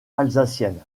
alsacienne